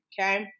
okay